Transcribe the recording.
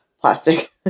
plastic